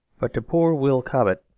but to poor will cobbett,